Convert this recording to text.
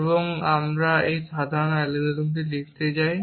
এবং আমরা একটি সাধারণ অ্যালগরিদম লিখতে চাই